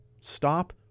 stop